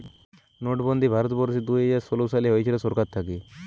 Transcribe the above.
নোটবন্দি ভারত বর্ষে দুইহাজার ষোলো সালে হয়েছিল সরকার থাকে